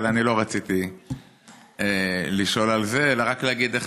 אבל אני לא רציתי לשאול על זה אלא רק להגיד איך